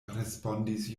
respondis